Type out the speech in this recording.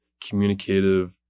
communicative